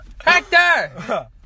Hector